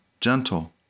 gentle